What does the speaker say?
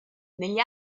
negli